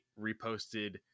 reposted